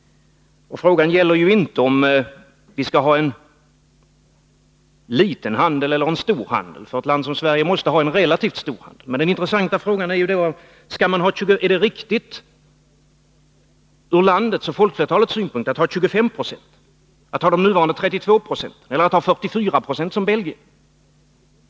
Men frågan gäller inte om vi skall ha liten handel eller stor handel — för ett land som Sverige måste ha en relativt stor handel — utan den intressanta frågan är: Är det riktigt ur landets och folkflertalets synpunkt med 25 96, med nuvarande 32 96 eller med 44 96, som i Belgien?